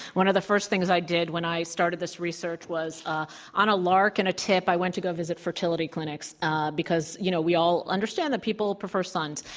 one of the first things i did when i started this research was, ah on a lark and a tip, i went to go visit fertility clinics because, you know, we all understand that people prefer sons.